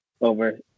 over